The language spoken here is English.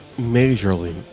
majorly